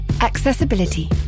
Accessibility